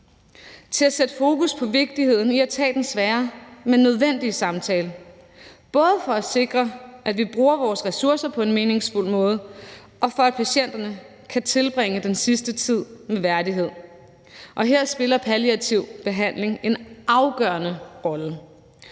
for at sætte fokus på vigtigheden af at tage den svære, men nødvendige samtale, både for at sikre, at vi bruger vores ressourcer på en meningsfuld måde, og for at sikre, at patienterne kan tilbringe den sidste tid med værdighed. Og her spiller palliativ behandling en afgørende rolle,